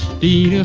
the